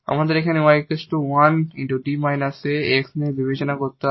আমাদের এখানে 𝑦 1 𝐷−𝑎 𝑋 নিয়ে বিবেচনা করতে হবে